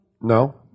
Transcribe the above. No